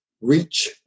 reach